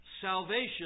salvation